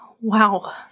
Wow